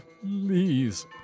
Please